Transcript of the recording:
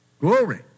Glory